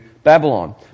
Babylon